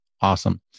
Awesome